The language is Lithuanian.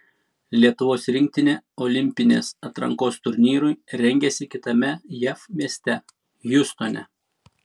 lietuvos rinktinė olimpinės atrankos turnyrui rengiasi kitame jav mieste hjustone